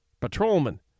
patrolman